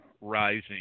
Rising